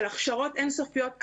של הכשרות אין-סופיות,